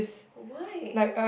why